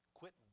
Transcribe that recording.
quit